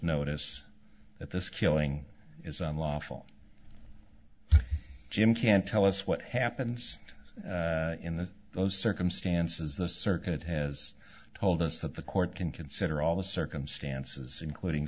notice that this killing is unlawful jim can tell us what happens in the those circumstances the circuit has told us that the court can consider all the circumstances including